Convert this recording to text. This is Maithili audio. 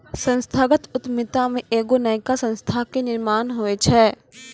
संस्थागत उद्यमिता मे एगो नयका संस्था के निर्माण होय छै